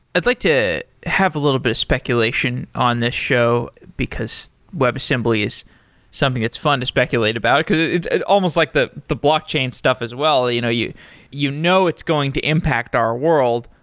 i'd like to have a little bit of speculation on this show, because web assembly is something that's fun to speculate about, because it's almost like the the blockchain stuff as well. you know you you know it's going to impact our world,